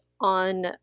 on